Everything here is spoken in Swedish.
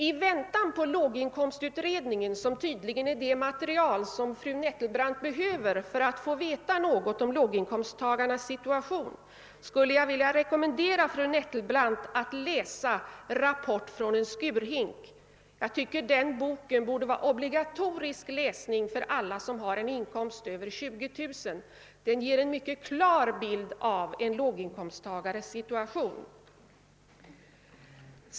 I väntan på resultatet av låginkomstutredningen, som tydligen är det material fru Nettelbrandt behöver för att få veta något om låginkomsttagarnas situation, skulle jag vilja rekommendera fru Nettelbrandt att läsa »Rapport från en skurhink». Jag tycker att den boken borde vara obligatorisk läsning för alla som har en inkomst över 20 000 kr. Den ger en klar bild av låginkomsttagarnas situation.